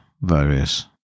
various